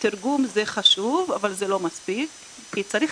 תרגום זה חשוב, אבל זה לא מספיק, כי צריך